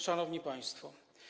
Szanowni Państwo!